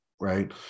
right